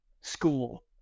school